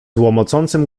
łomocącym